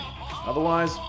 Otherwise